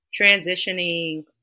transitioning